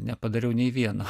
nepadariau nei vieno